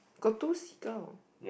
got two seagull